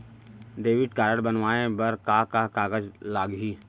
Debit card बनवाये बर का का कागज लागही?